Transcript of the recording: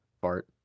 Bart